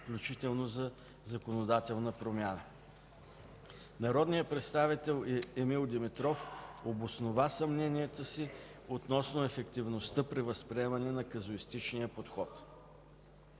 включително за законодателна промяна. Народният представител Емил Димитров обоснова съмненията си относно ефективността при възприемане на казуистичния подход.